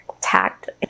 tact